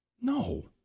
No